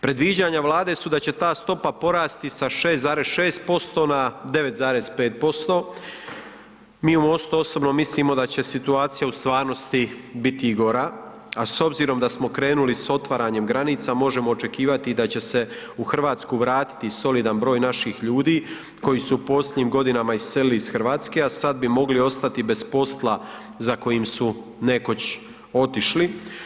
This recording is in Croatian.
Predviđanja Vlade su da će ta stopa porasti sa 6,6% na 9,5%, mi u MOST-u osobno mislimo da će situacija u stvarnosti biti i gora, a s obzirom da smo krenuli s otvaranjem granica možemo očekivati da će se u Hrvatsku vratiti solidan broj naših ljudi koji su u posljednjim godinama iselili iz Hrvatske, a sada bi mogli ostati bez posla za kojim su nekoć otišli.